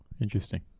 Interesting